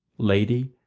lady,